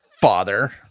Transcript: father